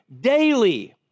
daily